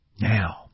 Now